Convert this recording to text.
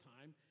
time